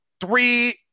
three